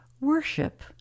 Worship